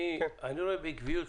אני רואה בעקביות,